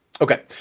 Okay